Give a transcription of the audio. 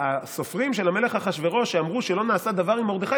הסופרים של המלך אחשוורוש שאמרו שלא נעשה דבר עם מרדכי,